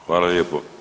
Hvala lijepo.